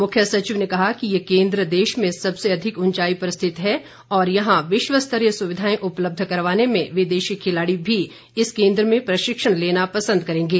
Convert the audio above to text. मुख्य सचिव ने कहा कि ये केन्द्र देश में सबसे ऊंचाई पर रिथत है और यहां विश्व स्तरीय सुविधाएं उपलब्ध करवाने से विदेशी खिलाड़ी भी इस केन्द्र में प्रशिक्षण लेना पसंद करेंगे